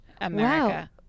America